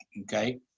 okay